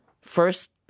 first